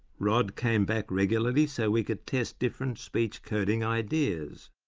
rod came back regularly so we could test different speech coding ideas.